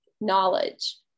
knowledge